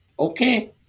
Okay